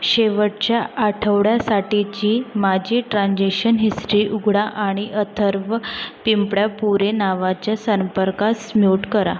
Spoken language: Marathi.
शेवटच्या आठवड्यासाठीची माझी ट्रांजेशन हिस्टरी उघडा आणि अथर्व पिंपडापुरे नावाच्या संपर्कास म्यूट करा